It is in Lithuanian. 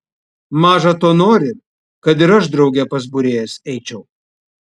maža to nori kad ir aš drauge pas būrėjas eičiau